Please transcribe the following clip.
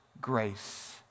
grace